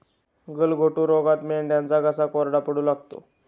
गलघोटू रोगात मेंढ्यांचा घसा कोरडा पडू लागतो